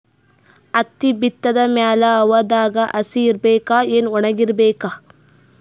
ಹತ್ತಿ ಬಿತ್ತದ ಮ್ಯಾಲ ಹವಾದಾಗ ಹಸಿ ಇರಬೇಕಾ, ಏನ್ ಒಣಇರಬೇಕ?